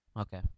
okay